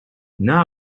now